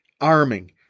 arming